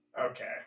Okay